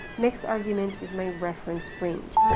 next argument is my reference range.